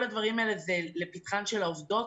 כל הדברים האלה הם לפתחן של העובדות.